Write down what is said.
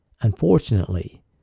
Unfortunately